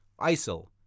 ISIL